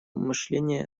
мышления